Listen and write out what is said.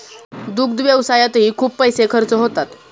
दुग्ध व्यवसायातही खूप पैसे खर्च होतात